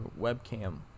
webcam